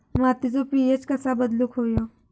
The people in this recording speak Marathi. मातीचो पी.एच कसो बदलुक होयो?